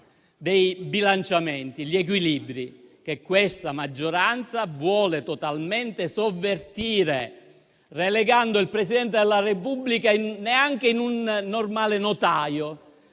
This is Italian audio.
dei bilanciamenti, degli equilibri che questa maggioranza vuole totalmente sovvertire, relegando il Presidente della Repubblica al ruolo neanche di un normale notaio.